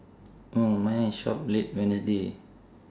mm mine is shop late wednesday